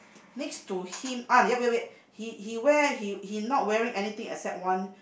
next to him uh ya wait wait he he wear he he not wearing anything except one